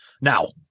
Now